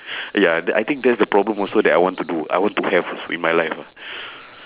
ya that I think that's the problem also that I want to do I want to have al~ in my life ah